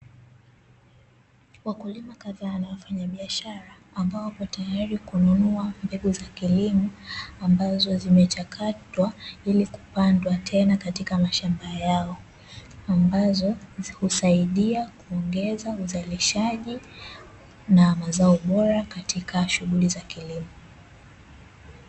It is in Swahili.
Wakulima kadhaa na wafanyabiashara ambao wapo tayari kununua mbegi za kilimo, ambazo zimechakatwa ili kupandwa tena katika mashamba yao, ambazo husaidia kuongeza uzalishaji, na mazao bora katika shughuli za kilimo.